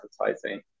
advertising